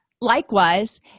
likewise